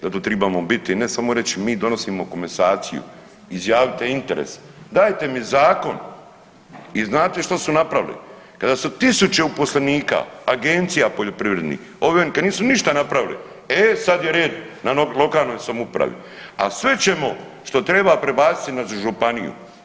Zato tribamo biti, ne samo reći mi donosimo komesaciju, izjavite interes, dajte mi zakon i znate što su napravili kada su tisuće uposlenika, agencija poljoprivrednih, ovi kad nisu ništa napravili, e sad je red na lokalnoj samoupravi, a sve ćemo što treba prebaciti na županiju.